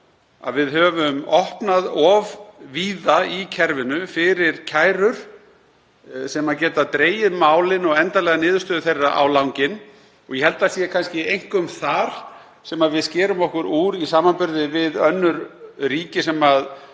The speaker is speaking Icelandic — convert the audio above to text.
Við höfum opnað of víða í kerfinu fyrir kærur sem geta dregið málin og endanlega niðurstöðu þeirra á langinn og ég held að það sé kannski einkum þar sem við skerum okkur úr í samanburði við önnur ríki sem